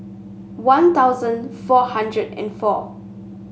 One Thousand four hundred and four